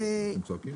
מצומצם.